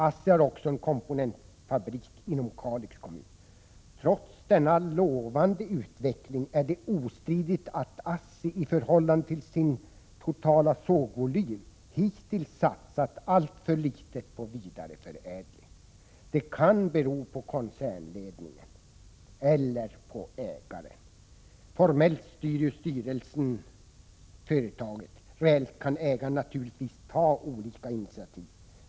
ASSI har också en komponentfabrik inom Kalix kommun. Trots denna lovande utveckling är det ostridigt att ASSI i förhållande till sin totala sågvolym hittills satsat alltför litet på vidareförädling. Det kan bero på koncernledningen eller på ägaren. Formellt styr ju styrelsen företaget. Reellt kan ägaren naturligtvis ta olika initiativ.